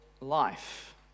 life